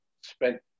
spent